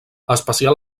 especial